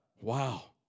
Wow